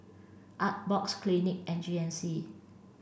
Artbox Clinique and G N C